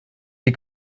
die